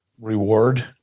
reward